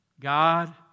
God